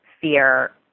fear